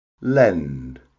Lend